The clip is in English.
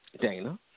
Dana